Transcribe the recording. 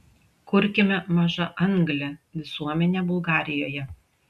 kurkime mažaanglę visuomenę bulgarijoje